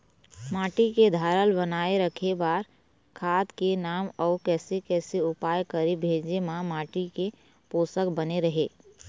माटी के धारल बनाए रखे बार खाद के नाम अउ कैसे कैसे उपाय करें भेजे मा माटी के पोषक बने रहे?